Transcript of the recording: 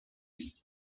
است